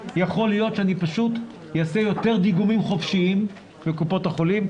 יכול להיות שאני פשוט אעשה יותר דיגומים חופשיים בקופות החולים,